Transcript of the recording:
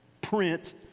print